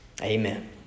Amen